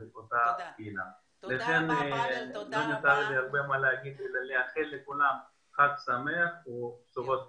לא נותר לי הרבה מה לומר אלא לאחל לכולם חג שמח ובשורות טובות.